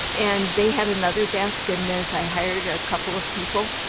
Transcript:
and they had another desk in this. i hired a couple of people.